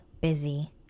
busy